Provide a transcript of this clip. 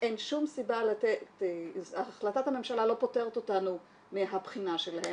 אין שום סיבה לתת --- החלטת הממשלה לא פוטרת אותנו מהבחינה שלהם